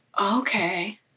Okay